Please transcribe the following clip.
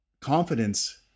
confidence